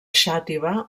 xàtiva